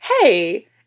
hey